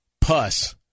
Puss